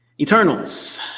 Eternals